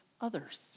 others